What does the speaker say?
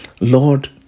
Lord